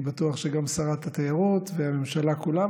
אני בטוח שגם שרת התיירות והממשלה כולה,